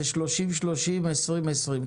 זה 30-30 ו-20-20.